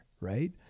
right